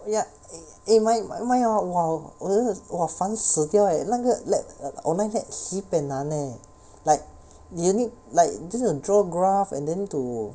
ya e~ eh mi~ mine mine hor !wah! 我真的烦死掉 leh 那个 la~ online lab sibeh 难 leh like you nee~ like 就是 draw graph and then to